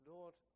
Lord